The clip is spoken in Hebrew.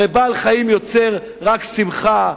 הרי בעל-חיים יוצר רק שמחה,